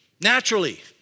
Naturally